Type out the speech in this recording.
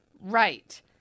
Right